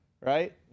right